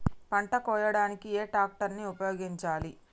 పంట కోయడానికి ఏ ట్రాక్టర్ ని ఉపయోగించాలి?